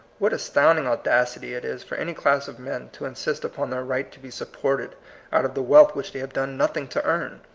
what astounding audacity it is for any class of men to insist upon their right to be supported out of the wealth which they have done nothing to earn!